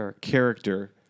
character